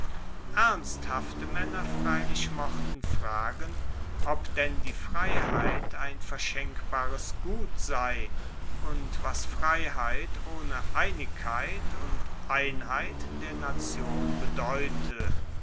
ernsthafte maenner freilich mochten fragen ob denn die freiheit ein verschenkbares gut sei und was freiheit ohne einigkeit und einheit der nation bedeute